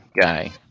guy